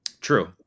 True